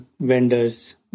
vendors